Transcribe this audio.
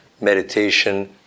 meditation